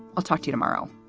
i'll talk to you tomorrow